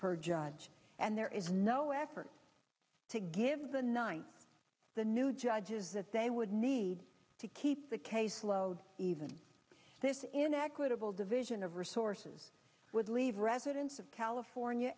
per judge and there is no effort to give the ninth the new judges that they would need to keep the case load even in equitable division of resources would leave residents of california